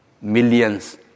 millions